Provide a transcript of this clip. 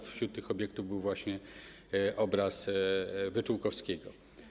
Wśród tych obiektów był właśnie obraz Wyczółkowskiego.